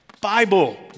Bible